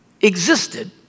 existed